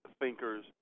thinkers